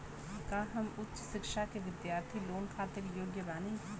का हम उच्च शिक्षा के बिद्यार्थी लोन खातिर योग्य बानी?